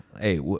hey